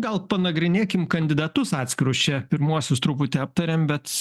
gal panagrinėkim kandidatus atskirus čia pirmuosius truputį aptarėm bet